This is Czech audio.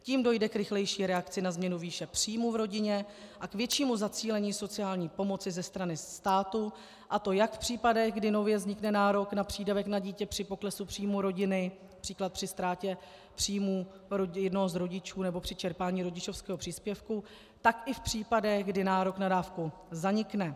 Tím dojde k rychlejší reakci na změnu výše příjmů v rodině a k většímu zacílení sociální pomoci ze strany státu, a to jak v případech, kdy nově vznikne nárok na přídavek na dítě při poklesu příjmů rodiny, například při ztrátě příjmu jednoho z rodičů nebo při čerpání rodičovského příspěvku, tak i v případech, kdy nárok na dávku zanikne.